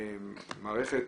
מערכת